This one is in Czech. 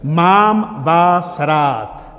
Mám vás rád.